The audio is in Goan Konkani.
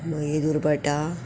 मागीर दुर्बटा